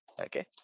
okay